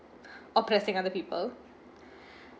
oppressing other people